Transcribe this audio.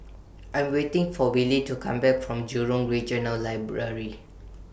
I Am waiting For Willy to Come Back from Jurong Regional Library